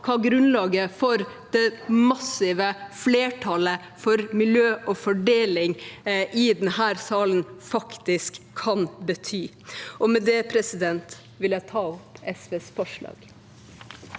hva grunnlaget for det massive flertallet for miljø og fordeling i denne salen faktisk kan bety. Med det vil jeg ta opp SVs forslag.